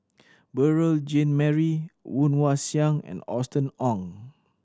Beurel Jean Marie Woon Wah Siang and Austen Ong